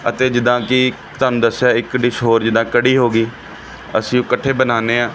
ਅਤੇ ਜਿੱਦਾਂ ਕਿ ਤੁਹਾਨੂੰ ਦੱਸਿਆ ਇੱਕ ਡਿਸ਼ ਹੋਰ ਜਿੱਦਾਂ ਕੜੀ ਹੋ ਗਈ ਅਸੀਂ ਉਹ ਇਕੱਠੇ ਬਣਾਉਂਦੇ ਹਾਂ